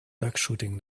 duckshooting